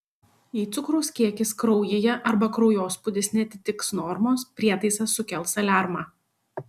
jei cukraus kiekis kraujyje arba kraujospūdis neatitiks normos prietaisas sukels aliarmą